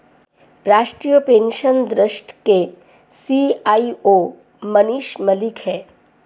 राष्ट्रीय pension trust के CEO Manish Malik है